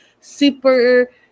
super